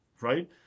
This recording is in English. right